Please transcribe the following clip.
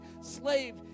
slave